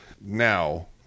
now